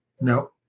No